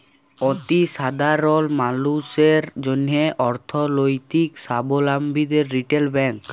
অতি সাধারল মালুসের জ্যনহে অথ্থলৈতিক সাবলম্বীদের রিটেল ব্যাংক